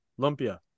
lumpia